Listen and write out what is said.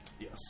Yes